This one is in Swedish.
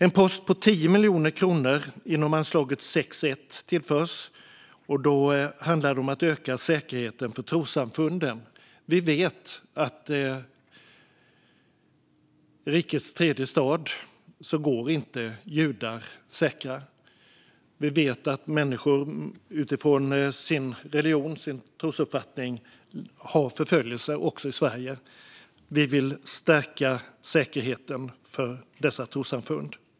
En post på 10 miljoner kronor inom anslaget 6:1 tillförs. Då handlar det om att öka säkerheten för trossamfunden. Vi vet att i rikets tredje stad går inte judar säkra. Vi vet att människor är förföljda utifrån sin religion, sin trosuppfattning, också i Sverige. Vi vill stärka säkerheten för dessa trossamfund.